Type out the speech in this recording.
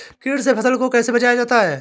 कीट से फसल को कैसे बचाया जाता हैं?